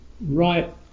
right